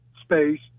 space